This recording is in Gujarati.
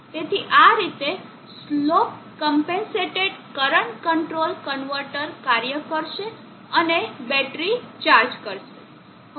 તેથી આ રીતે slope compensated current control converter કાર્ય કરશે અને બેટરી ચાર્જ કરશે